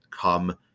come